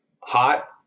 hot